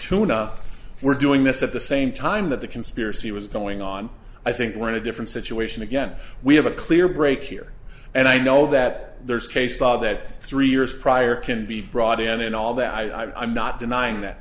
enough were doing this at the same time that the conspiracy was going on i think we're in a different situation again we have a clear break here and i know that there's case law that three years prior can be brought in and all that i'm not denying that